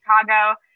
Chicago